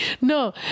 No